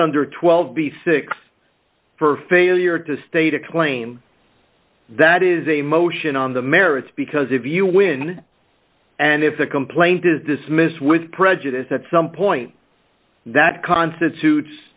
under twelve b six for failure to state exclaim that is a motion on the merits because if you win and if the complaint is dismissed with prejudice at some point that constitutes